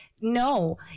no